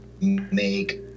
make